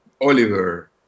Oliver